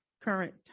current